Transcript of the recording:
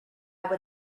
would